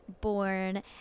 born